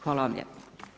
Hvala vam lijepo.